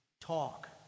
talk